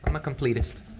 um complete us.